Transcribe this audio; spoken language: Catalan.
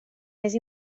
més